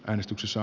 äänestyksessä